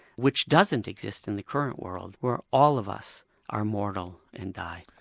which doesn't exist in the current world where all of us are moral and die.